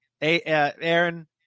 Aaron